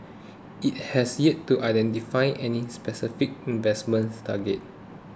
it has yet to identify any specific investment targets